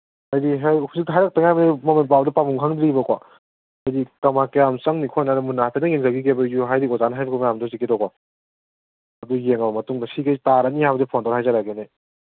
ꯍꯥꯏꯗꯤ ꯍꯧꯖꯤꯛꯇ ꯍꯥꯏꯔꯛꯇ ꯉꯥꯏꯔꯤꯝꯅꯤꯅ ꯃꯃꯟ ꯄꯥꯕꯗꯣ ꯄꯥꯕꯝ ꯈꯪꯗꯦꯕꯀꯣ ꯍꯥꯏꯗꯤ ꯀ꯭ꯌꯥꯝ ꯆꯪꯅꯤ ꯈꯣꯠꯅꯤ ꯍꯥꯏꯗꯣ ꯃꯨꯟꯅ ꯍꯥꯏꯐꯦꯠꯇꯪ ꯌꯦꯡꯖꯒꯤꯒꯦꯕ ꯍꯥꯏꯗꯤ ꯑꯣꯖꯥꯅ ꯍꯥꯏꯔꯛꯄ ꯃꯌꯥꯝꯗꯣ ꯍꯧꯖꯤꯛꯀꯤꯗꯣꯀꯣ ꯑꯗꯨ ꯌꯦꯡꯉ ꯃꯇꯨꯡꯗ ꯁꯤꯒꯩ ꯇꯥꯔꯅꯤ ꯍꯥꯏꯕꯗꯣ ꯐꯣꯟ ꯇꯧꯔ ꯍꯥꯏꯖꯔꯛꯑꯒꯦꯅꯦ ꯑꯩ